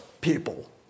people